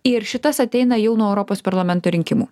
ir šitas ateina jau nuo europos parlamento rinkimų